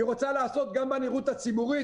היא רוצה לעשות גם נראות ציבורית.